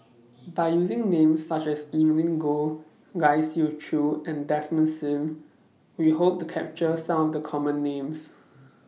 By using Names such as Evelyn Goh Lai Siu Chiu and Desmond SIM We Hope to capture Some of The Common Names